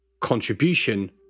contribution